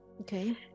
Okay